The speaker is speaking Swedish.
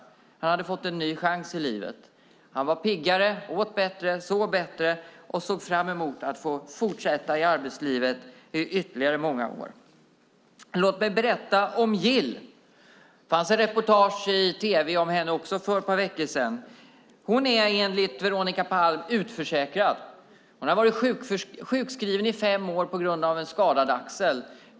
Han hade fått en ny chans i livet. Han var piggare, åt bättre, sov bättre och såg fram emot att få fortsätta i arbetslivet i ytterligare många år. Låt mig berätta om Gill. Det var ett reportage i tv om henne för ett par veckor sedan. Hon är enligt Veronica Palm utförsäkrad. Hon har varit sjuskriven i fem år på grund av en skadad axel.